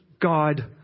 God